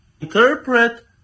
interpret